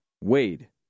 Wade